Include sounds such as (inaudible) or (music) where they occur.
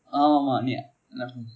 ஆமா ஆமா நீ:aamaa aamaa nee (noise)